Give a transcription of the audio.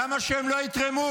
למה שהם לא יתרמו?